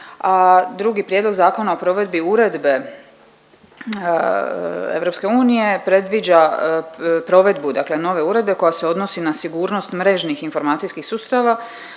drugi prijedlog Zakona o provedbi Uredbe EU predviđa provedbu dakle nove uredbe koja se odnosi na sigurnost mrežnih informacijskih sustava